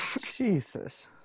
Jesus